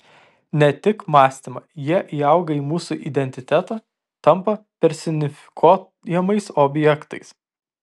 ne tik mąstymą jie įauga į mūsų identitetą tampa personifikuojamais objektais